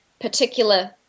particular